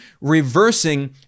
reversing